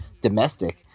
domestic